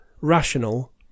rational